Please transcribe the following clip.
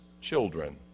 children